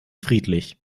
friedlich